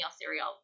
cereal